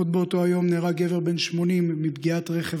עוד באותו היום נהרג גבר בן 80 מפגיעת רכב